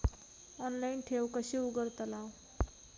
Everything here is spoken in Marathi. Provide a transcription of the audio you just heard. ऑनलाइन ठेव कशी उघडतलाव?